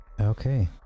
Okay